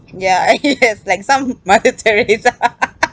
ya yes like some mother theresa